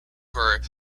for